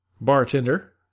bartender